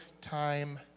time